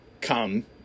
come